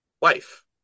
wife